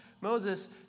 Moses